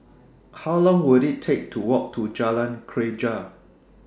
How Long Will IT Take to Walk to Jalan Greja